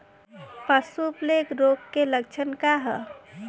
पशु प्लेग रोग के लक्षण का ह?